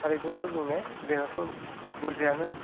सारिस'जन दं ने बेनाथ' बुरजायानो